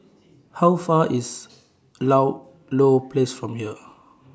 How Far IS Ludlow Place from here